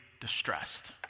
distressed